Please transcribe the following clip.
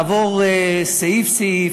לעבור סעיף-סעיף,